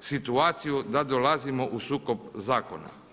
situaciju da dolazimo u sukob zakona.